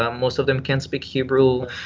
um most of them can't speak hebrew.